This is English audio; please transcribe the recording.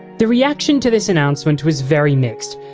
the reaction to this announcement was very mixed,